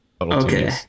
Okay